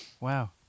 Wow